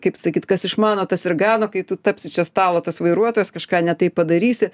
kaip sakyt kas išmano tas ir gano kai tu tapsi čia stalo tas vairuotojas kažką ne taip padarysi